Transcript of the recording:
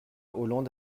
hollande